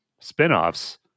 spinoffs